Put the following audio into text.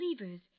levers